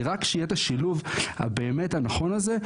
כי רק כשיהיה את השילוב הבאמת-נכון הזה,